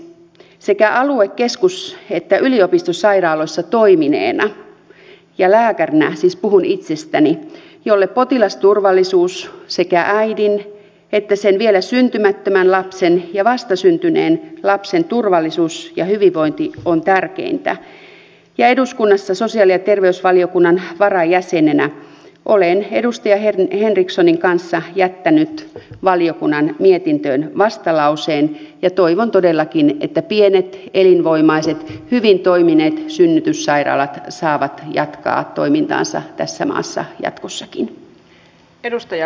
sekä alue keskus että yliopistosairaaloissa toimineena lääkärinä siis puhun itsestäni jolle potilasturvallisuus sekä äidin että sen vielä syntymättömän lapsen ja vastasyntyneen lapsen turvallisuus ja hyvinvointi on tärkeintä ja eduskunnassa sosiaali ja terveysvaliokunnan varajäsenenä olen edustaja henrikssonin kanssa jättänyt valiokunnan mietintöön vastalauseen ja toivon todellakin että pienet elinvoimaiset hyvin toimineet synnytyssairaalat saavat jatkaa toimintaansa tässä maassa jatkossakin